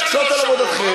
הוא להקשות על עבודתכם.